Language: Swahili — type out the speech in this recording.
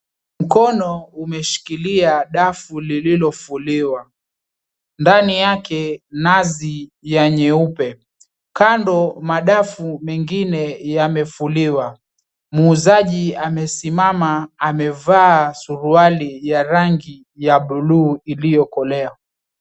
Mkono umeshikilia dafu lililofuliwa. Ndani yake nazi ya nyeupe. Kando madafu mengine yamefuliwa. Muuzaji amesimama amevaa suruali ya rangi ya buluu iliyokolea.